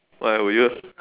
why will you